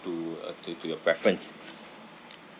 to uh to to your preference